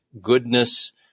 goodness